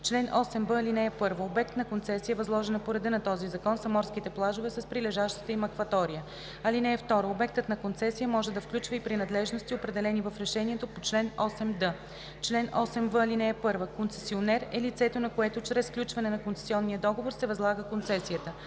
Чл. 8б. (1) Обект на концесия, възложена по реда на този закон, са морските плажове с прилежащата им акватория. (2) Обектът на концесия може да включва и принадлежности, определени в решението по чл. 8д. Чл. 8в. (1) Концесионер е лицето, на което чрез сключване на концесионния договор се възлага концесията.